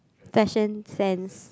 fashion sense